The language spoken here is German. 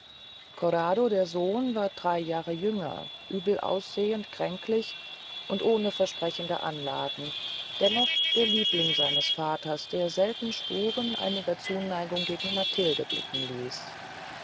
corrado der sohn war drey jahr jünger übel aussehend kränklich und ohne versprechende anlagen dennoch der liebling seines vaters der selten spuren einiger zuneigung gegen matilde blicken ließ